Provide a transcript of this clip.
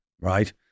right